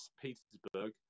Petersburg